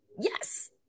Yes